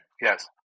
Yes